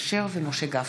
אשר ומשה גפני.